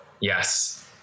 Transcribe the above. Yes